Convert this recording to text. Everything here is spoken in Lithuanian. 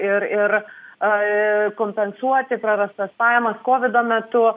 ir ir ai kompensuoti prarastas pajamas kovido metu